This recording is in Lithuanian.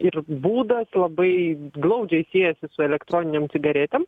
ir būdas labai glaudžiai siejasi su elektroninėm cigaretėm